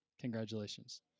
Congratulations